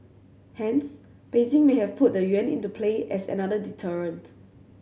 hence Beijing may have put the yuan into play as another deterrent